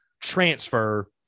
transfer